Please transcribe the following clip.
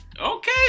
Okay